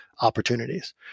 opportunities